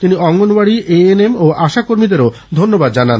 তিনি অঙ্গনওয়াড়ি এএনএম ও আশাকর্মীদেরও ধন্যবাদ জানান